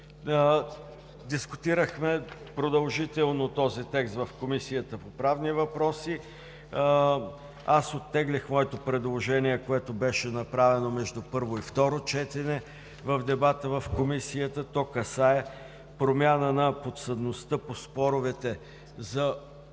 дискутирахме продължително този текст в Комисията по правни въпроси. Аз оттеглих моето предложение, което беше направено между първо и второ четене в дебата в Комисията. То касае промяна на подсъдността по споровете за